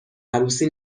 عروسی